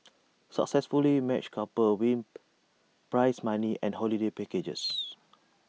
successfully matched couples win prize money and holiday packages